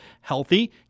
healthy